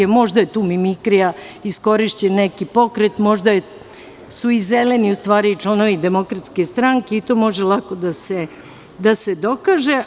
Možda je tu mimikrija, iskorišćen neki pokret, možda su i Zeleni u stvari članovi DS i to može lako da se dokaže.